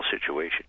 situation